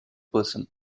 person